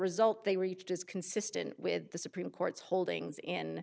result they reached is consistent with the supreme court's holdings in